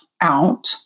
out